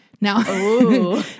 Now